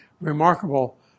remarkable